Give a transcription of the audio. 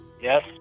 Yes